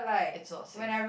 it's not safe